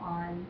on